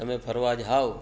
તમે ફરવા જાઓ